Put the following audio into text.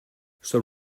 són